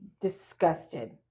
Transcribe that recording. disgusted